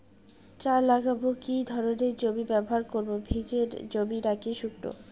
চা লাগাবো কি ধরনের জমি ব্যবহার করব ভিজে জমি নাকি শুকনো?